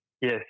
Yes